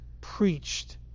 preached